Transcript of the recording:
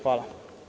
Hvala.